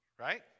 right